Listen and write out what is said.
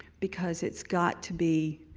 because it's got to be